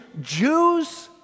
Jews